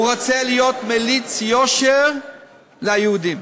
הוא רוצה להיות מליץ יושר ליהודים.